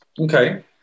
Okay